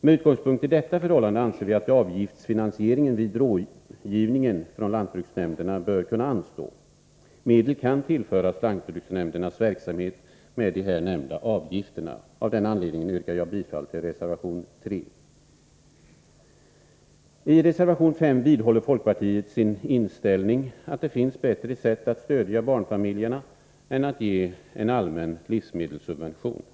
Med utgångspunkt i detta förhållande anser vi att avgiftsfinansieringen vid rådgivningen från lantbruksnämnderna bör kunna anstå. Medel kan tillföras lantbruksnämndernas verksamhet med de här nämnda avgifterna. Av den anledningen yrkar jag bifall till reservation 3. I reservation 5 vidhåller folkpartiet sin inställning att det finns bättre sätt att stödja barnfamiljerna än att ge en allmän livsmedelssubvention.